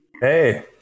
Hey